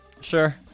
Sure